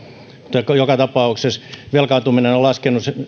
joka joka tapauksessa velkaantuminen on laskenut